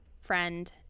friend